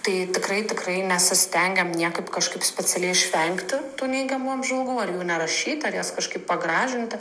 tai tikrai tikrai nesistengiam niekaip kažkaip specialiai išvengti tų neigiamų apžvalgų ar jų nerašyti ar jas kažkaip pagražinti